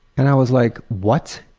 and i was like, what!